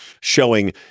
showing